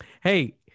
Hey